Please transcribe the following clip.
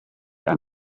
and